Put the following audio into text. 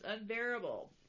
unbearable